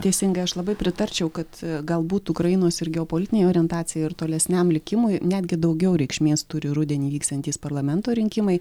teisingai aš labai pritarčiau kad galbūt ukrainos ir geopolitinei orientacijai ir tolesniam likimui netgi daugiau reikšmės turi rudenį vyksiantys parlamento rinkimai